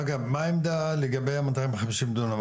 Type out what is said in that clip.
אגב, מה העמדה לגבי המאתיים חמישים דונם?